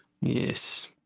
Yes